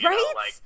Right